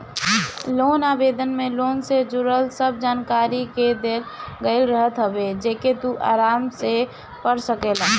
loan आवेदन में loan से जुड़ल सब जानकरी के देहल गईल रहत हवे जेके तू कबो आराम से पढ़ सकेला